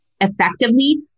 effectively